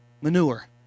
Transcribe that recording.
manure